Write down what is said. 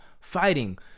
fighting